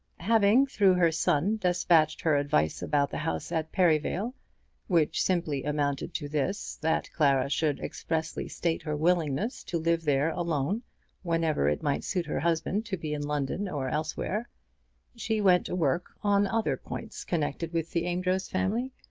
having, through her son, despatched her advice about the house at perivale which simply amounted to this, that clara should expressly state her willingness to live there alone whenever it might suit her husband to be in london or elsewhere she went to work on other points connected with the amedroz family,